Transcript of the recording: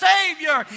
Savior